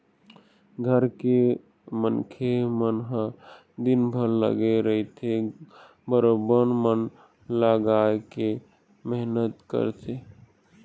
घर के मनखे मन ह दिनभर लगे रहिथे बरोबर मन लगाके मेहनत करथे